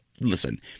listen